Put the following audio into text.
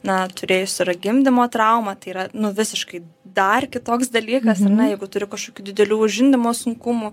na turėjusi yra gimdymo traumą tai yra nu visiškai dar kitoks dalykas na jeigu turi kažkokių didelių žindymo sunkumų